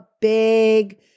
big